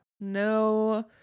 No